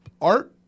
art